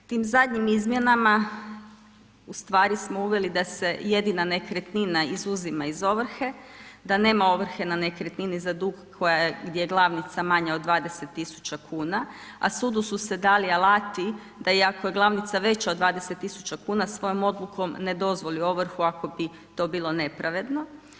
Tim zadnjim izmjenama uveli smo da se jedina nekretnina izuzima iz ovrhe, da nema ovrhe na nekretnini za dug gdje je glavnica manja od 20 tisuća kuna, a sudu su se dali alati da i ako je glavnica veća od 20 tisuća kuna svojom odlukom ne dozvoli ovrhu ako bi to bilo nepravedno.